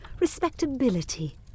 respectability